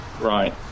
Right